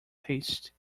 taste